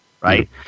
right